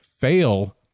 fail